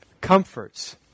comforts